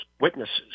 witnesses